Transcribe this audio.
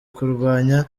kurwanya